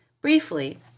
Briefly